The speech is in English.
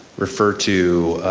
refer to